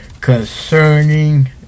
concerning